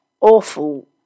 awful